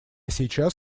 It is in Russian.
сейчас